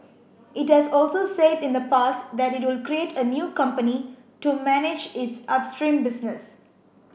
it has also said in the past that it would create a new company to manage its upstream business